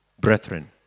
brethren